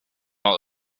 not